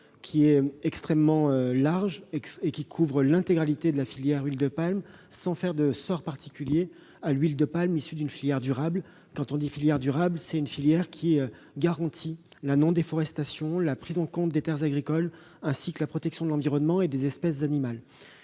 dispositif extrêmement large, qui couvre l'intégralité de la filière de l'huile de palme, sans ménager de sort particulier à l'huile de palme issue d'une filière durable, c'est-à-dire garantissant la non-déforestation, la prise en compte des terres agricoles ainsi que la protection de l'environnement et des espèces animales.